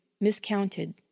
miscounted